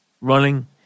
running